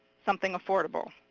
something affordable.